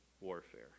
warfare